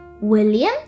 William